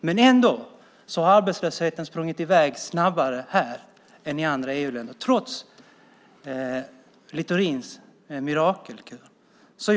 Men ändå har arbetslösheten sprungit i väg snabbare här än i andra EU-länder, trots Littorins mirakelkur.